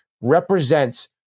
represents